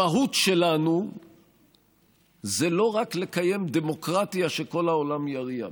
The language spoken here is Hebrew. המהות שלנו זה לא רק לקיים דמוקרטיה שכל העולם יריע לה.